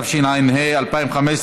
התשע"ה 2015,